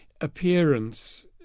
appearance